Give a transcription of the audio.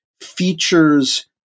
features